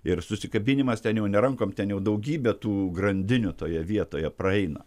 ir susikabinimas ten jau ne rankom ten jau daugybė tų grandinių toje vietoje praeina